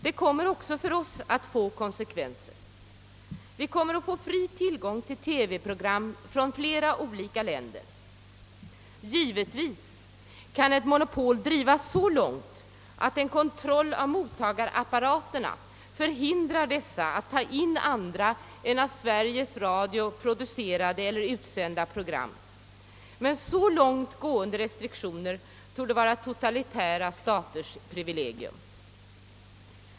Detta kommer också för oss att få konsekvenser. Vi kommer att få fri tillgång till TV-program från flera olika länder. Givetvis kan ett monopol drivas så långt att en kontroll av mottagarapparaterna förhindrar dessa att ta in andra än av Sveriges Radio producerade eller utsända program, men så långt gående restriktioner torde vara totalitära staters privilegium.